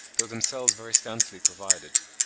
though themselves very scantily provided.